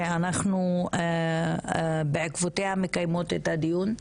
שאנחנו בעקבותיה מקיימים את הדיון,